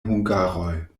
hungaroj